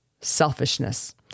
selfishness